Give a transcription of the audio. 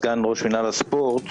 סגן ראש מינהל הספורט,